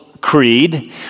Creed